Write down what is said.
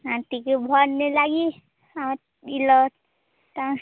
anti କି ଭଲ୍ ନାଇ ଲାଗି ଆମର୍ ଇ ଲଟ୍ଟା